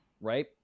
right